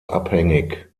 abhängig